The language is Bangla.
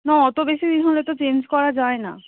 না অত বেশি দিন হলে তো চেঞ্জ করা যায় না